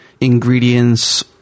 ingredients